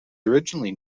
originally